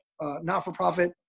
not-for-profit